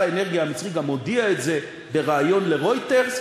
ושר האנרגיה המצרי גם הודיע את זה בריאיון ל"רויטרס",